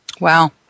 Wow